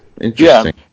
Interesting